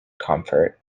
comfort